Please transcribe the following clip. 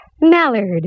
Mallard